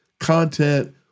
Content